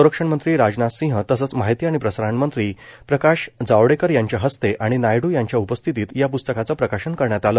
संरक्षणमंत्री राजनाथसिंह तसंच माहिती आणि प्रसारणमंत्री प्रकाश जावडेकर यांच्या हस्ते आणि नायड् यांच्या उपस्थितीत या प्स्तकाचं प्रकाशन करण्यात आलं